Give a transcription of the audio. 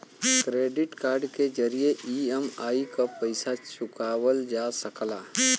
credit card के जरिये EMI क पइसा चुकावल जा सकला